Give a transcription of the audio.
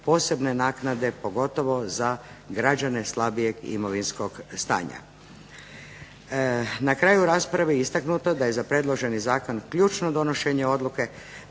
posebne naknade pogotovo za građane slabijeg imovinskog stanja. Na kraju rasprave je istaknuto da je za predloženi zakon ključno donošenje odluke